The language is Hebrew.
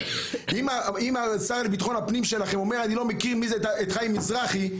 אם השר לביטחון הפנים שלכם אומר שהוא לא מכיר את חיים מזרחי,